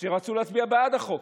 שרצו להצביע בעד החוק,